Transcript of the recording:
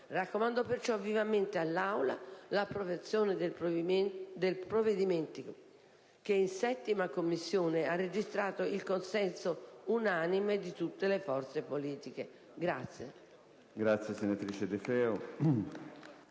Raccomando perciò vivamente all'Aula l'approvazione del provvedimento, che in 7ª Commissione ha registrato il consenso unanime di tutte le forze politiche.